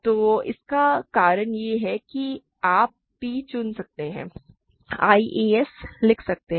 तो इसका कारण यह है कि आप p चुन सकते हैं i as लिख सकते हैं